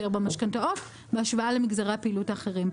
במשכנתאות בהשוואה למגזרי הפעילות האחרים.